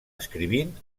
escrivint